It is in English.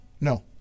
No